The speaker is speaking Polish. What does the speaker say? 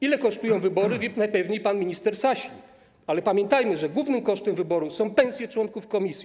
Ile kosztują wybory, najpewniej wie pan minister Sasin, ale pamiętajmy, że głównym kosztem wyborów są pensje członków komisji.